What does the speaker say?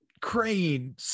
Crane